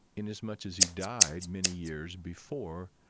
in as much as he died many years before,